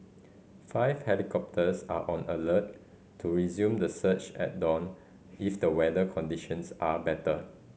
five helicopters are on alert to resume the search at dawn if the weather conditions are better